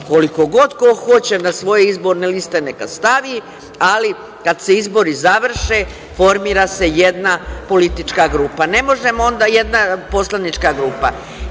Koliko god ko hoće, na svoje izborne liste, neka stavi, ali kada se izbori završe formira se jedna politička grupa. Ne možemo onda jedna poslanička grupa,